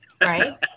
Right